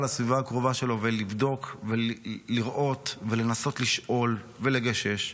הסביבה הקרובה שלו ולבדוק ולראות ולנסות לשאול ולגשש.